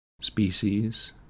species